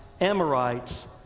Amorites